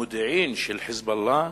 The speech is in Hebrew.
המודיעין של "חיזבאללה",